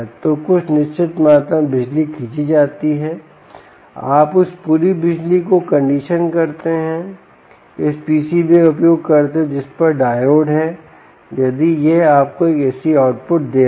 तो कुछ निश्चित मात्रा में बिजली खींची जाती है आप उस पूरी बिजली को कंडीशन करते हैं इस पीसीबी का उपयोग करते हुए जिस पर डायोड हैं यदि यह आपको एक एसी आउटपुट दे रहा है